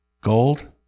Gold